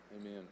Amen